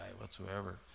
whatsoever